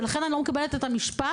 ולכן אני לא מקבלת את המשפט